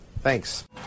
Thanks